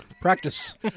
Practice